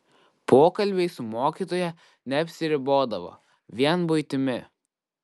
pokalbiai su mokytoja neapsiribodavo vien buitimi